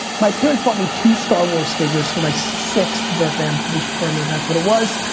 my parents bought me two star wars figures for my sixth birthday i'm pretty firm that that's when it was.